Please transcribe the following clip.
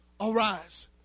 arise